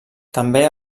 també